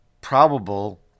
probable